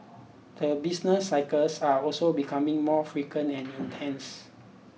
the business cycles are also becoming more frequent and intense